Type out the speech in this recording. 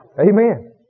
Amen